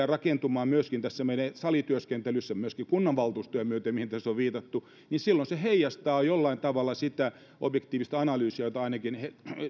rakentumaan myöskin tässä meidän salityöskentelyssämme myöskin kunnanvaltuustoja myöten mihin tässä on viitattu niin silloin se heijastaa jollain tavalla sitä objektiivista analyysiä johon ainakin